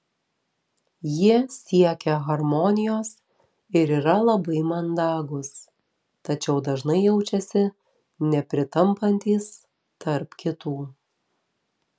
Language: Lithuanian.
jie siekia harmonijos ir yra labai mandagūs tačiau dažnai jaučiasi nepritampantys tarp kitų